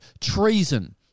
treason